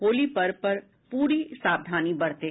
होली पर्व पर प्ररी सावधानी बरतें